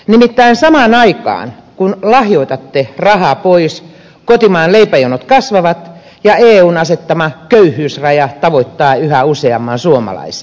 nimittäin samaan aikaan kun lahjoitatte rahaa pois kotimaan leipäjonot kasvavat ja eun asettama köyhyysraja tavoittaa yhä useamman suomalaisen